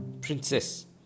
Princess